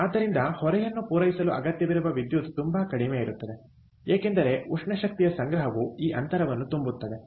ಆದ್ದರಿಂದ ಹೊರೆಯನ್ನು ಪೂರೈಸಲು ಅಗತ್ಯವಿರುವ ವಿದ್ಯುತ್ ತುಂಬಾ ಕಡಿಮೆ ಇರುತ್ತದೆ ಏಕೆಂದರೆ ಉಷ್ಣ ಶಕ್ತಿಯ ಸಂಗ್ರಹವು ಈ ಅಂತರವನ್ನು ತುಂಬುತ್ತದೆ